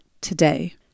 today